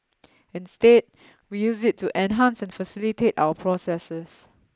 instead we use it to enhance and facilitate our processes